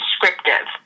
descriptive